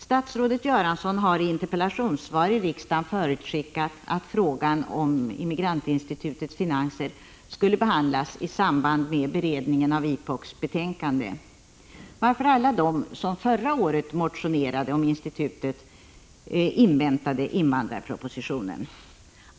Statsrådet Bengt Göransson har i interpellationssvar i riksdagen förutskickat att frågan om Immigrantinstitutets finansiering skall behandlas i samband med beredningen av IPOK:s betänkande, varför alla de som förra året motionerade om institutets finansiering inväntade invandrarpropositionen.